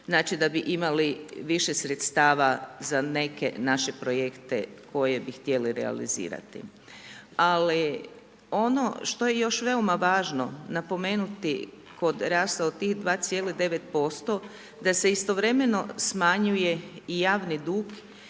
znači da bi imali više sredstava za neke naše projekte, koje bi htjeli realizirati. Ali, ono što je još veoma važno, napomenuti kod rasta od tih 2,9% da se istovremeno smanjuje i javni dug